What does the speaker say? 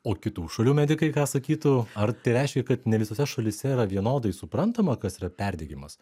o kitų šalių medikai ką sakytų ar tai reiškia kad ne visose šalyse yra vienodai suprantama kas yra perdegimas